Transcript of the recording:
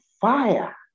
fire